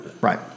Right